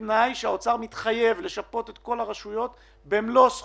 עירייה כמו עיריית פתח תקווה במהלך השנים